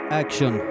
action